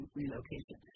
relocation